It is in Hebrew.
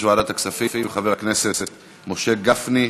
ועדת הכספים חבר הכנסת משה גפני.